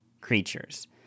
Creatures